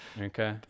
okay